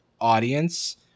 audience